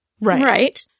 Right